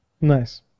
Nice